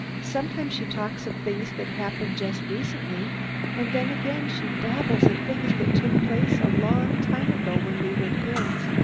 sometimes she talks of things that happened just recently and then again she babbles of things that took place a long time ago when we were kids.